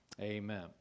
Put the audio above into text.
Amen